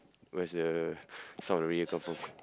where's the sound really come from